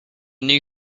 new